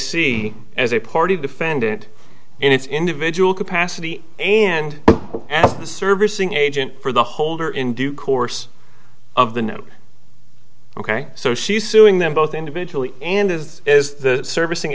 c as a party defendant in its individual capacity and as the servicing agent for the holder in due course of the no ok so she's suing them both individually and as is the servicing